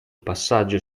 passaggio